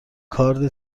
کارد